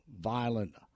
violent